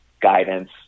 guidance